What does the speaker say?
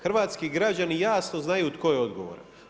Hrvatski građani jasno znaju tko je odgovoran.